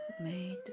made